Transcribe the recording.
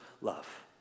love